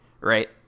right